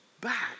back